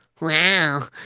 Wow